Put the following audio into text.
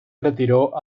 retiró